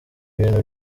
ibintu